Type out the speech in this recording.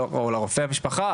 או לרופא המשפחה